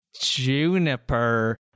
Juniper